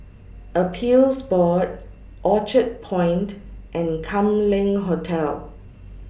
Appeals Board Orchard Point and Kam Leng Hotel